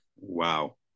wow